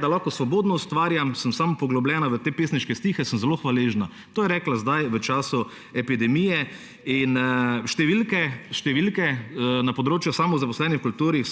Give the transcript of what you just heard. da lahko svobodno ustvarjam, da sem samo poglobljena v te pesniške stihe, sem zelo hvaležna. To je rekla sedaj v času epidemije. Številke na področju samozaposlenih v kulturi